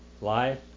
life